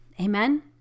Amen